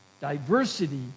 Diversity